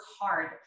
hard